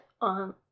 on